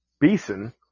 Beeson